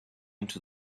into